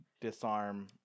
disarm